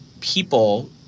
people